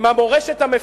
עם המורשת המפוארת